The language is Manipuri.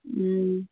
ꯎꯝ